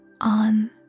on